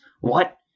What